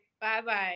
Bye-bye